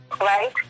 right